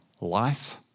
life